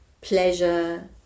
pleasure